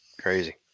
Crazy